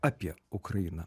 apie ukrainą